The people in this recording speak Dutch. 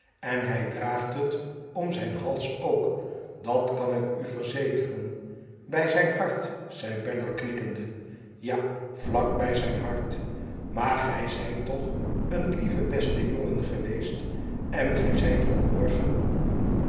n hij draagt het om zijn hals ook dat kan ik u verzekeren bij zijn hart zei bella knikkende ja vlak bij zijn hart maar gij zijt toch een lieve beste jongen geweest en gij zijt van morgen